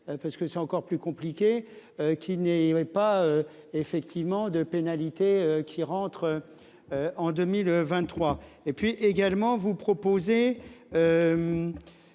Parce que c'est encore plus compliqué qu'il n'est, n'y avait pas. Effectivement de pénalités qui rentre. En 2023, et puis également vous proposer.